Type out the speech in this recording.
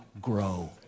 grow